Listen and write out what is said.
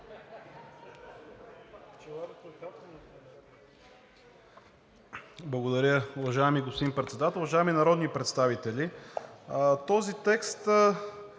Благодаря. Уважаеми господин Председател, уважаеми народни представители! Този текст